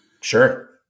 Sure